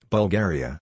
Bulgaria